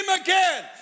again